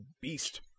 beast